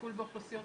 טיפול באוכלוסיות